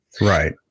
Right